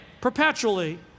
perpetually